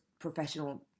professional